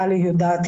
טלי יודעת,